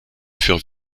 furent